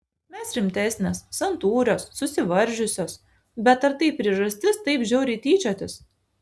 mes rimtesnės santūrios susivaržiusios bet ar tai priežastis taip žiauriai tyčiotis